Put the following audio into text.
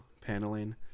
paneling